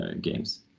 games